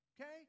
Okay